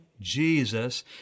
Jesus